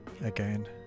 again